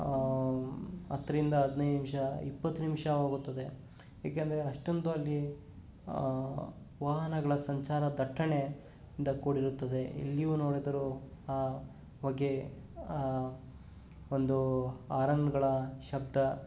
ಹತ್ತರಿಂದ ಹದಿನೈದು ನಿಮಿಷ ಇಪ್ಪತ್ತು ನಿಮಿಷವಾಗುತ್ತದೆ ಏಕೆಂದರೆ ಅಷ್ಟೊಂದು ಅಲ್ಲಿ ವಾಹನಗಳ ಸಂಚಾರ ದಟ್ಟಣೆಯಿಂದ ಕೂಡಿರುತ್ತದೆ ಎಲ್ಲಿಯೂ ನೋಡಿದರೂ ಆ ಹೊಗೆ ಆ ಒಂದು ಆರನ್ಗಳ ಶಬ್ದ